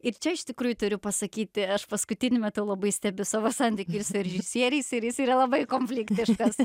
ir čia iš tikrųjų turiu pasakyti aš paskutiniu metu labai stebiu savo santykį su režisieriais ir jisai yra labai konfliktiškas